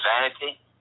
vanity